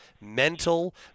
mental